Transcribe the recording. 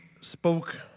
spoke